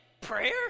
Prayer